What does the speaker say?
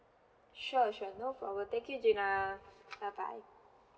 sure sure no problem thank you gina bye bye